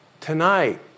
Tonight